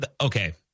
okay